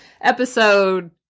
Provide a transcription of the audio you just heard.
episode